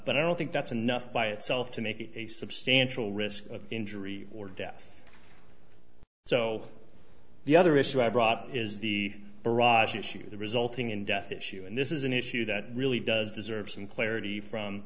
but i don't think that's enough by itself to make a substantial risk of injury or death so the other issue i brought up is the garage issue the resulting in death issue and this is an issue that really does deserve some clarity from